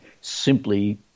simply